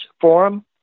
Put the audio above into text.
forum